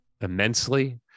immensely